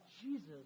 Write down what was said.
Jesus